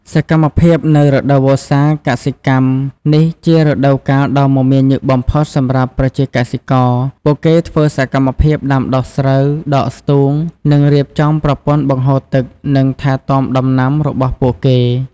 សកម្មភាពនៅរដូវវស្សាកសិកម្ម នេះជារដូវកាលដ៏មមាញឹកបំផុតសម្រាប់ប្រជាកសិករ។ ពួកគេធ្វើសកម្មភាពដាំដុះស្រូវ ដកស្ទូង រៀបចំប្រព័ន្ធបង្ហូរទឹក និងថែទាំដំណាំរបស់ពួកគេ។